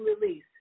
release